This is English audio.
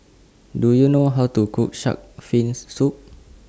Do YOU know How to Cook Shark's Fins Soup